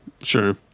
Sure